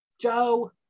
Joe